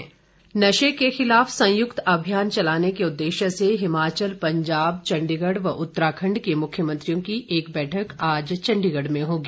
बैठक नशे के खिलाफ संयुक्त अभियान चलाने के उद्देश्य से हिमाचल पंजाब चंडीपढ़ खेल्क्राखंड के मुख्यमंत्रियों की एक बैठक आज चंडीगढ़ होगी